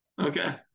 Okay